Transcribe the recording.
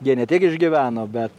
jie ne tik išgyveno bet